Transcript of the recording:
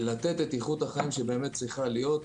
לתת את איכות החיים שצריכה להיות.